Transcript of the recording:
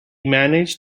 managed